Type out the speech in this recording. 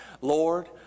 Lord